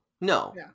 no